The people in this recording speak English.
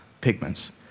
Pigments